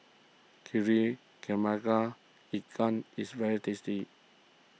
Kari Kepala Ikan is very tasty